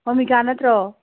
ꯑꯣꯃꯤꯀꯥ ꯅꯠꯇ꯭ꯔꯣ